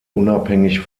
unabhängig